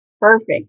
Perfect